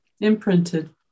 Imprinted